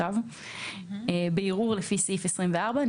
בערעור לפי סעיף 24,